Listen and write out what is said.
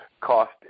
cost